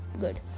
good